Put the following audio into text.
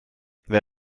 wer